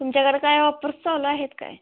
तुमच्याकडे काय ऑफर्स चालू आहेत काय